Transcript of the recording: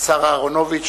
השר אהרונוביץ,